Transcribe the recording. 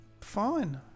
fine